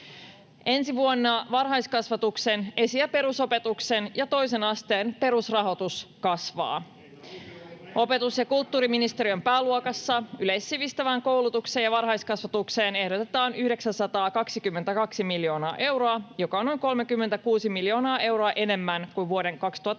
Ensi vuonna varhaiskasvatuksen, esi- ja perusopetuksen ja toisen asteen perusrahoitus kasvaa. Opetus- ja kulttuuriministeriön pääluokassa yleissivistävään koulutukseen ja varhaiskasvatukseen ehdotetaan 922 miljoonaa euroa, joka on noin 36 miljoonaa euroa enemmän kuin vuoden 2022